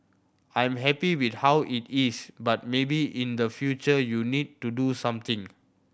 I'm happy with how it is but maybe in the future you need to do something